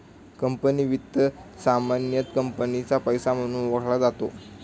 company वित्त सामान्यतः कंपनीचा पैसा म्हणून ओळखला जातो